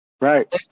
right